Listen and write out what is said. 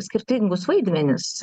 skirtingus vaidmenis